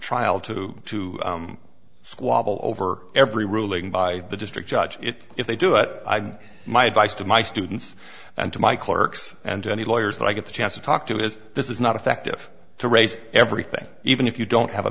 trial to to squabble over every ruling by the district judge it if they do it my advice to my students and to my clerks and to any lawyers that i get a chance to talk to is this is not effective to raise everything even if you don't have a